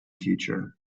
future